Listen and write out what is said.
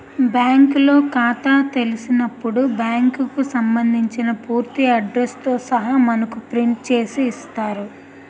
బ్యాంకులో ఖాతా తెలిసినప్పుడు బ్యాంకుకు సంబంధించిన పూర్తి అడ్రస్ తో సహా మనకు ప్రింట్ చేసి ఇస్తారు